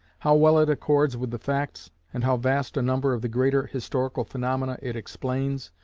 how well it accords with the facts, and how vast a number of the greater historical phaenomena it explains,